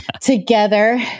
together